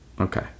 Okay